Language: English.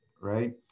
right